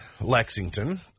Lexington